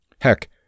Heck